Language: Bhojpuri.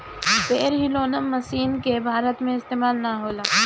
पेड़ हिलौना मशीन के भारत में इस्तेमाल ना होला